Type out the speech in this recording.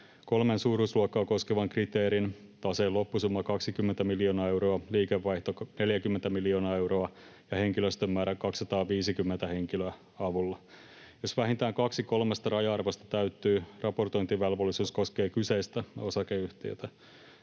kolmen suuruusluokkaa koskevan kriteerin — taseen loppusumma 20 miljoonaa euroa, liikevaihto 40 miljoonaa euroa ja henkilöstön määrä 250 henkilöä — avulla. Jos vähintään kaksi kolmesta raja-arvosta täyttyy, raportointivelvollisuus koskee kyseistä osakeyhtiötä.